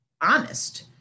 honest